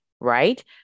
right